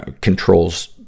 controls